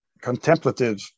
contemplative